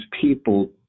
people